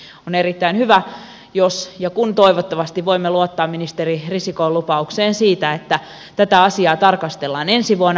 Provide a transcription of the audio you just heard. on erittäin hyvä jos ja kun toivottavasti voimme luottaa ministeri risikon lupaukseen siitä että tätä asiaa tarkastellaan ensi vuonna